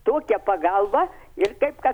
tokia pagalba ir taip kad